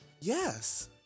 Yes